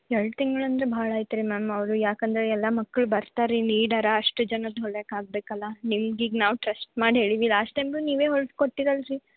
ಎರಡು ತಿಂಗ್ಳು ಅಂದರೆ ಭಾಳ ಆಯ್ತುರೀ ಮ್ಯಾಮ್ ಅವರು ಏಕಂದ್ರೆ ಎಲ್ಲ ಮಕ್ಕಳು ಬರ್ತಾರ್ರೀ ನೀಡಾರ ಅಷ್ಟು ಜನದ್ದು ಹೊಲ್ಯಕ್ಕೆ ಆಗಬೇಕಲ್ಲ ನಿಮ್ಗೆ ಈಗ ನಾವು ಟ್ರಸ್ಟ್ ಮಾಡಿ ಹೇಳಿದೀವಿ ಲಾಸ್ಟ್ ಟೈಮು ನೀವೇ ಹೊಲ್ದು ಕೊಟ್ಟಿದ್ರಲ್ರಿ